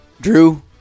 Drew